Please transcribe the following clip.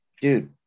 dude